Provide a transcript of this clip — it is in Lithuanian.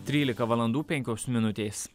trylika valandų penkios minutės